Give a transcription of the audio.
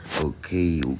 okay